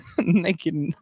naked